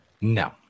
No